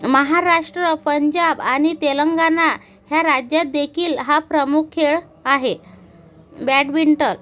महाराष्ट्र पंजाब आणि तेलंगणा ह्या राज्यात देखील हा प्रमुख खेळ आहे बॅडमिंटन